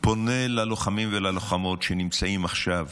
פונה ללוחמים וללוחמות שנמצאים עכשיו